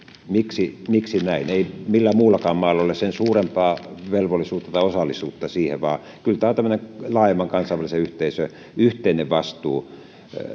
miksi miksi näin ei millään muullakaan maalla ole sen suurempaa velvollisuutta tai osallisuutta siihen vaan kyllä tämä on tämmöinen laajemman kansainvälisen yhteisön yhteinen vastuu